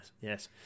Yes